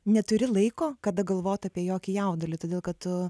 neturi laiko kada galvot apie jokį jaudulį todėl kad tu